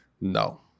No